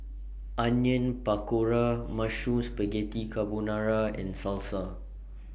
Onion Pakora Mushroom Spaghetti Carbonara and Salsa